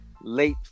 late